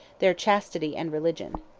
their chastity and religion.